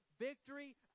victory